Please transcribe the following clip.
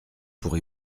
pour